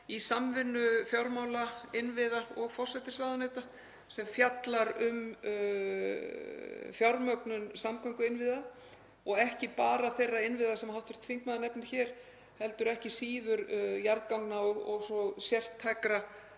í samvinnu fjármála-, innviða- og forsætisráðuneytis sem fjallar um fjármögnun samgönguinnviða og ekki bara þeirra innviða sem hv. þingmaður nefnir hér heldur ekki síður jarðganga og sértækra